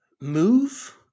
move